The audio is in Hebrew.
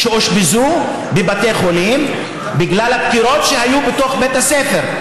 והם אושפזו בבית חולים בגלל הדקירות שהיו בתוך בית הספר.